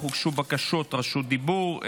אך הוגשו בקשות רשות דיבור.